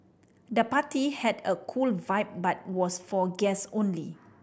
the party had a cool vibe but was for guest only